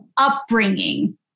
upbringing